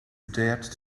dared